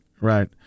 right